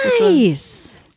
Nice